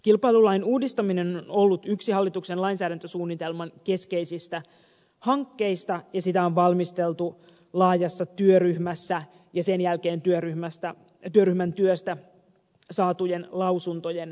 kilpailulain uudistaminen on ollut yksi hallituksen lainsäädäntösuunnitelman keskeisistä hankkeista ja sitä on valmisteltu laajassa työryhmässä ja sen jälkeen työryhmän työstä saatujen lausuntojen perusteella